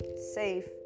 safe